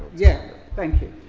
yeah. thank you.